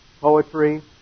Poetry